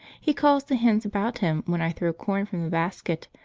he calls the hens about him when i throw corn from the basket,